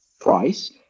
price